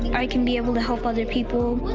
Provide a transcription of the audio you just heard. i can be able to help other people.